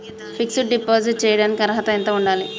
Fix డ్ deposit చేయటానికి అర్హత ఎంత ఉండాలి?